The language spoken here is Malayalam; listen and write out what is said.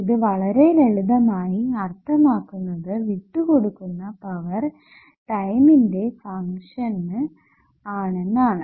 ഇത് വളരെ ലളിതമായി അർത്ഥമാക്കുന്നത് വിട്ടുകൊടുക്കുന്ന പവർ ടൈമിന്റെ ഫങ്ക്ഷന് ആണെന്നാണ്